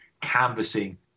canvassing